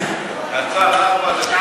קצר, ארבע דקות.